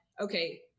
okay